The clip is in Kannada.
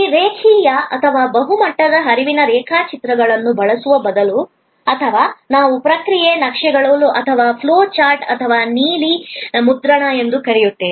ಈ ರೇಖೀಯ ಅಥವಾ ಬಹು ಮಟ್ಟದ ಹರಿವಿನ ರೇಖಾಚಿತ್ರಗಳನ್ನು ಬಳಸುವ ಬದಲು ಅಥವಾ ನಾವು ಪ್ರಕ್ರಿಯೆ ನಕ್ಷೆಗಳು ಅಥವಾ ಫ್ಲೋ ಚಾರ್ಟ್ ಅಥವಾ ಸೇವಾ ನೀಲಿ ಮುದ್ರಣ ಎಂದು ಕರೆಯುತ್ತೇವೆ